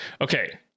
okay